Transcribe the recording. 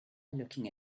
looking